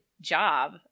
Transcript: job